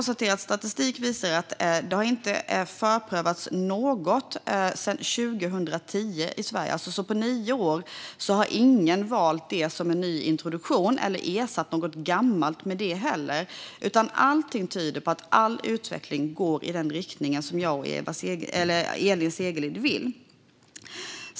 Statistik visar att det inte har förprövats något i Sverige sedan 2010. På nio år har alltså ingen valt nya burar eller ersatt något gammalt med det. Allting tyder på att all utveckling går i den riktning som jag och Elin Segerlind vill.